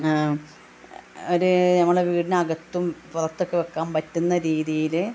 ഒരു ഞങ്ങളെ വീടിനകത്തും പുറത്തൊക്കെ വയ്ക്കാൻ പറ്റുന്ന രീതിയിൽ